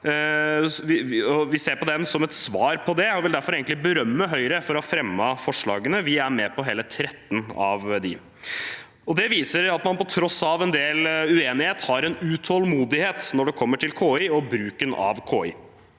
her i dag, som et svar på det, og vil derfor egentlig berømme Høyre for å ha fremmet forslagene. Vi er med på hele 13 av dem. Det viser at man, på tross av en del uenighet, har en utålmodighet når det kommer til KI og bruken av KI.